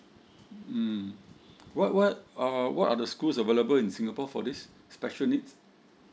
mm what what uh what are the schools available in singapore for this special needs